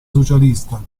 socialista